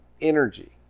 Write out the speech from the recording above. energy